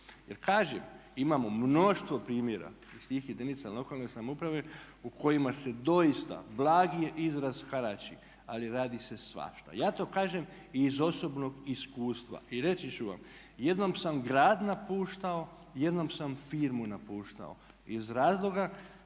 Jer kažem, imamo mnoštvo primjera iz tih jedinica lokalne samouprave u kojima se doista, blagi je izraz harači ali radi se svašta. Ja to kažem i iz osobnog iskustva. I reći ću vam, jednom sam grad napuštao, jednom sam firmu napuštao iz razloga